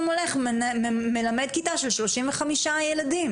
35 ילדים